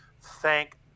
thank